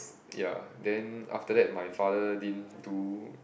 ya then after that my father didn't to